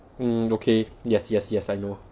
mm okay yes yes yes I know